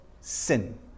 sin